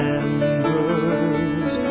embers